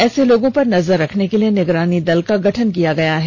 ऐसे लोगों पर नजर रखने के लिए निगरानी दल का गठन किया गया है